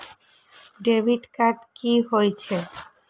Debit card कि होई छै?